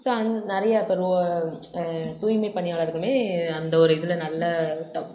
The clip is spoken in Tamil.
ஸோ அந் நிறையா இப்போ ரோ தூய்மை பணியாளர்களுமே அந்த ஒரு இதில் நல்ல